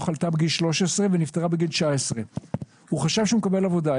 חלתה בגיל 13 ונפטרה בגיל 19. הוא חשב שהוא מקבל עבודה.